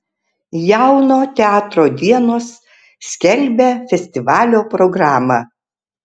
jauno teatro dienos skelbia festivalio programą